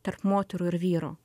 tarp moterų ir vyrų